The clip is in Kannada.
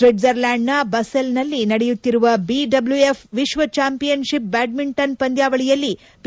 ಸ್ವಿಜರ್ಲ್ಡಾಂಡ್ನ ಬಸೆಲ್ನಲ್ಲಿ ನಡೆಯುತ್ತಿರುವ ಬಿಡ್ಲೂಎಫ್ ವಿಶ್ವಚಾಂಪಿಯನ್ಶಿಪ್ನ ಬ್ಡಾಡ್ಸಿಂಟನ್ ಪಂದ್ಲಾವಳಿಯಲ್ಲಿ ಒ